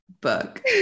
book